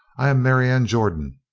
i am marianne jordan.